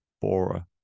Bora